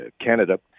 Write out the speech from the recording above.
Canada